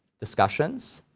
discussions,